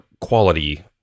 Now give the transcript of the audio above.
quality